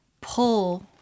pull